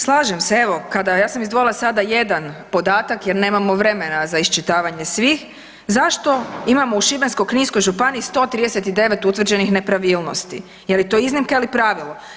Slažem se evo ja sam izdvojila sada jedan podatak jer nemamo vremena za iščitavanje svih, zašto imamo u Šibensko-kninskoj županiji 139 utvrđenih nepravilnosti, je li to iznimka ili pravilo?